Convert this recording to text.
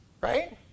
right